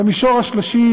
במישור השלישי,